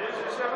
אבל יש יושב-ראש.